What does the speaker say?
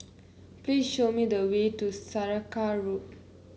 please show me the way to Saraca Road